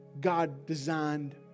God-designed